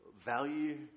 value